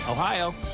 Ohio